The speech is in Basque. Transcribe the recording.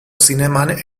zineman